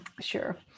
Sure